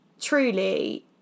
truly